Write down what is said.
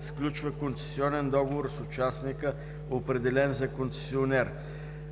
сключва концесионен договор с участника, определен за концесионер;